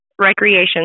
Recreation